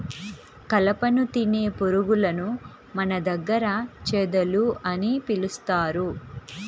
కలపను తినే పురుగులను మన దగ్గర చెదలు అని పిలుస్తారు